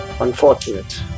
Unfortunate